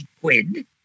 quid